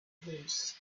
dreams